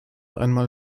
einmal